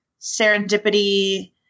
serendipity